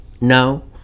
no